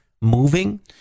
moving